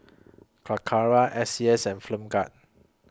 Calacara S C S and Flim Gad